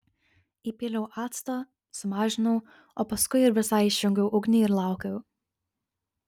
įpyliau acto sumažinau o paskui ir visai išjungiau ugnį ir laukiau